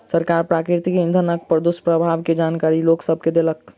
सरकार प्राकृतिक इंधनक दुष्प्रभाव के जानकारी लोक सभ के देलक